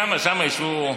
שם ישבו,